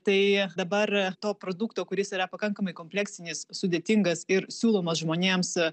tai dabar to produkto kuris yra pakankamai kompleksinis sudėtingas ir siūlomas žmonėms